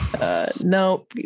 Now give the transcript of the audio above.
No